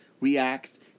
reacts